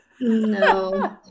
No